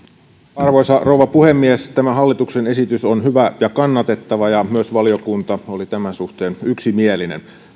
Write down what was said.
arvoisa rouva puhemies tämä hallituksen esitys on hyvä ja kannatettava ja myös valiokunta oli tämän suhteen yksimielinen